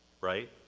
Right